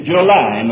July